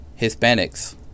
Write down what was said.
Hispanics